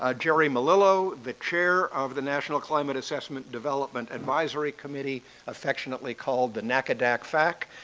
ah jerry mellilo the chair of the national climate assessment development advisory committee affectionately called the ncadac fac.